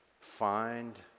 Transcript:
find